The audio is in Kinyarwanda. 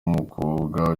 umukobwa